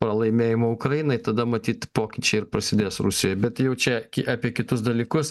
pralaimėjimo ukrainai tada matyt pokyčiai ir prasidės rusijoj bet jau čia apie kitus dalykus